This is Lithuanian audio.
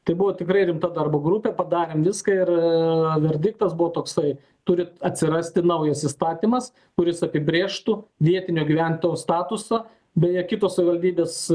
tai buvo tikrai rimta darbo grupė padarėm viską ir verdiktas buvo toksai turi atsirasti naujas įstatymas kuris apibrėžtų vietinio gyventojo statusą beje kitos savivaldybės